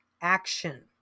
action